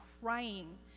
crying